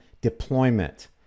deployment